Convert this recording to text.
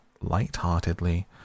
light-heartedly